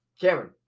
Cameron